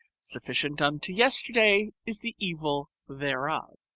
sufficient unto yesterday is the evil thereof.